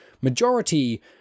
majority